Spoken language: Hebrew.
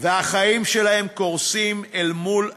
והחיים שלהם קורסים אל מול עיניהם,